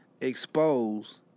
expose